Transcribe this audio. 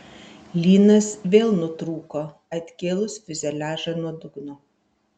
lynas vėl nutrūko atkėlus fiuzeliažą nuo dugno